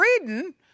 reading